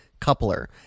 Coupler